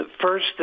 first